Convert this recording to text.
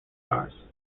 ours